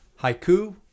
Haiku